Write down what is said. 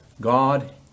God